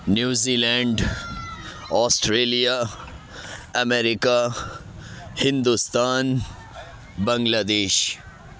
New Zealand Australia America Hindustan بنگلہ دیش